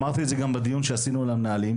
ואמרתי את זה גם בדיון שעשינו על המנהלים,